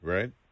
Right